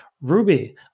Ruby